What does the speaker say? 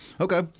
Okay